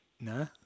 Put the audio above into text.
No